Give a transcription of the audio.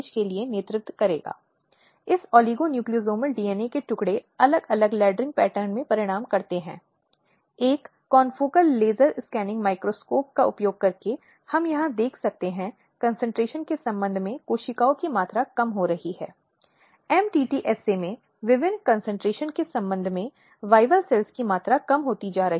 उनकी एकमात्र जिम्मेदारी पार्टियों को सुनना सबूत देना और निर्णय देना है लेकिन मुकदमे के संचालन में हालांकि सिस्टम को कार्य करने के लिए यह एक अंपायर की आवश्यकता है